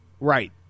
Right